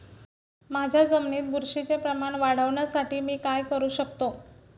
माझ्या जमिनीत बुरशीचे प्रमाण वाढवण्यासाठी मी काय करू शकतो?